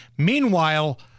Meanwhile